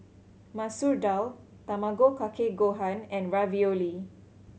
Masoor Dal Tamago Kake Gohan and Ravioli